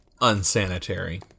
unsanitary